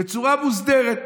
בצורה מוסדרת.